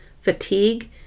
fatigue